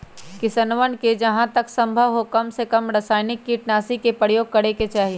किसनवन के जहां तक संभव हो कमसेकम रसायनिक कीटनाशी के प्रयोग करे के चाहि